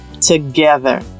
together